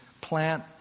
plant